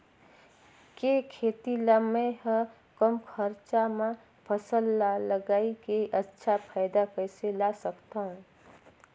के खेती ला मै ह कम खरचा मा फसल ला लगई के अच्छा फायदा कइसे ला सकथव?